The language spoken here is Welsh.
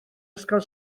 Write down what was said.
ysgol